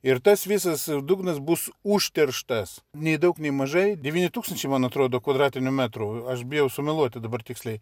ir tas visas dugnas bus užterštas nei daug nei mažai devyni tūkstančiai man atrodo kvadratinių metrų aš bijau sumeluoti dabar tiksliai